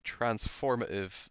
transformative